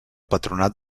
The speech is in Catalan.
patronat